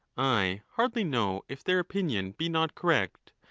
i hardly know if their opinion be not correct,